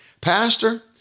pastor